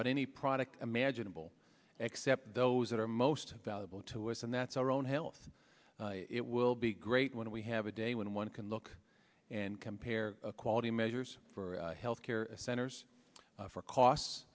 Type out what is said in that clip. about any product imaginable except those that are most valuable to us and that's our own health it will be great when we have a day when one can look and compare quality measures for health care centers for